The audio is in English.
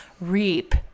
reap